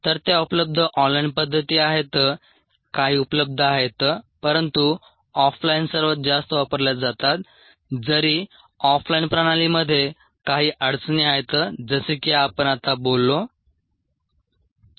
तर त्या उपलब्ध ऑन लाइन पद्धती आहेत काही उपलब्ध आहेत परंतु ऑफ लाइन सर्वात जास्त वापरल्या जातात जरी ऑफ लाइन प्रणालीमध्ये काही अडचणी आहेत जसे की आपण आत्ता बोललो